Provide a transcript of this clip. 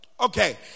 Okay